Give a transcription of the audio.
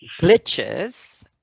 Glitches